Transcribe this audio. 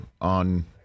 on